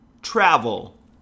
travel